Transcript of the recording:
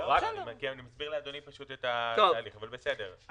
אני פשוט מסביר לאדוני את התהליך, אבל בסדר.